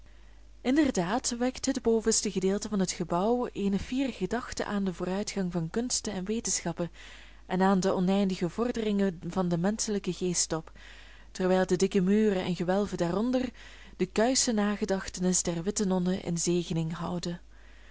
inderdaad wekt het bovenste gedeelte van het gebouw eene fiere gedachte aan den voortgang van kunsten en wetenschappen en aan de oneindige vorderingen van den menschelijken geest op terwijl de dikke muren en gewelven daaronder de kuische nagedachtenis der witte nonnen in zegening houden